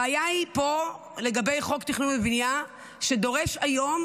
הבעיה היא פה לגבי חוק התכנון והבנייה, שדורש היום